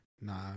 nah